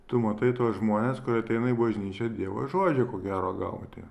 tu matai tuos žmones kur ateina į bažnyčią dievo žodžio ko gero gauti